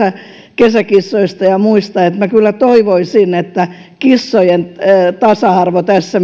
kesäkissoista ja muista joten minä kyllä toivoisin että kissojen tasa arvo tässä